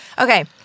Okay